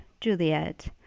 Juliet